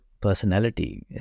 personality